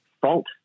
fault